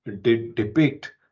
depict